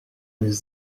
les